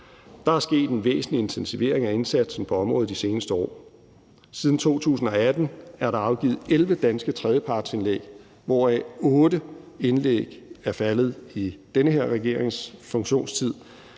Der er sket en væsentlig intensivering af indsatsen på området de seneste år. Siden 2018 er der afgivet 11 danske tredjepartsindlæg, hvoraf 8 indlæg er faldet i den her regerings funktionstid.